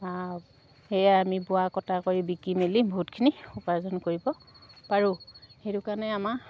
সেয়াই আমি বোৱা কটা কৰি বিকি মেলি বহুতখিনি উপাৰ্জন কৰিব পাৰোঁ সেইটো কাৰণে আমাৰ